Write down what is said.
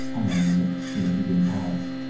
hang on a minute, you know he's impious.